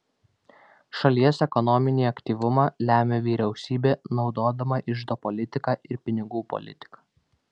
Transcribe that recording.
šalies ekonominį aktyvumą lemia vyriausybė naudodama iždo politiką ir pinigų politiką